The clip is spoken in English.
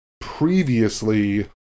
previously